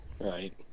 Right